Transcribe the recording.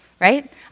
right